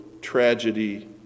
tragedy